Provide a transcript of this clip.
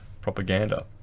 propaganda